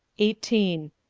eighteen.